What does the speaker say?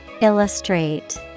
Illustrate